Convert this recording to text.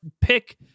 pick